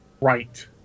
right